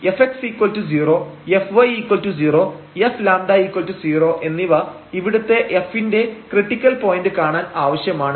Fy0 Fλ0 എന്നിവ ഇവിടുത്തെ F ന്റെ ക്രിട്ടിക്കൽ പോയന്റ് കാണാൻ ആവശ്യമാണ്